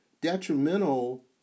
detrimental